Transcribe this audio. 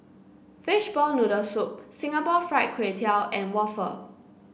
Fishball Noodle Soup Singapore Fried Kway Tiao and waffle